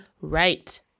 Right